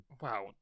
Wow